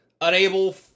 unable